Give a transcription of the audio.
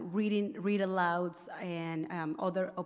reading read alouds and um other, ah